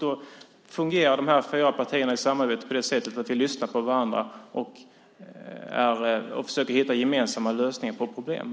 Då fungerar de fyra partierna i samarbetet så att vi lyssnar på varandra och försöker hitta gemensamma lösningar på problemen.